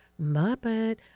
Muppet